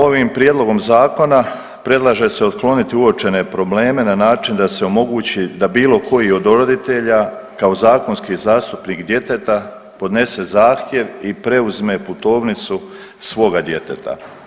Ovim prijedlogom zakona predlaže se otkloniti uočene probleme na način da se omogući da bilo koji od roditelja kao zakonski zastupnik djeteta podnese zahtjev i preuzme putovnicu svoga djeteta.